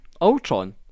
Ultron